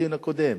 בדיון הקודם: